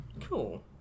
cool